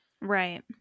Right